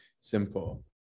simple